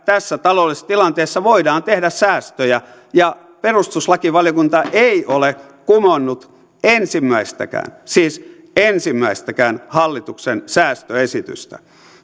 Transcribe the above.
tässä taloudellisessa tilanteessa voidaan tehdä säästöjä ja perustuslakivaliokunta ei ole kumonnut ensimmäistäkään siis ensimmäistäkään hallituksen säästöesitystä